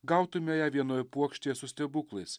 gautume ją vienoj puokštėje su stebuklais